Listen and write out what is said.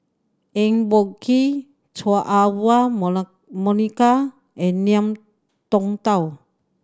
Eng Boh Kee Chua Ah Huwa Monica and Ngiam Tong Dow